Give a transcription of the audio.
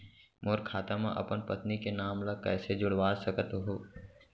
मोर खाता म अपन पत्नी के नाम ल कैसे जुड़वा सकत हो?